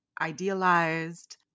idealized